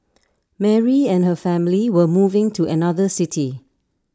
Mary and her family were moving to another city